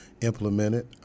implemented